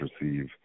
receive